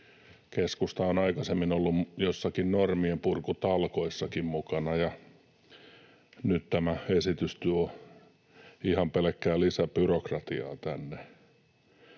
keskusta on aikaisemmin ollut jossakin normienpurkutalkoissakin mukana, ja nyt tämä esitys tuo ihan pelkkää lisäbyrokratiaa tänne.